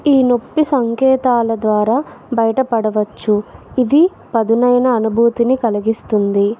ఈ నొప్పి సంకేతాల ద్వారా బయటపడవచ్చు ఇది పదునైన అనుభూతిని కలిగిస్తుంది